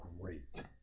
great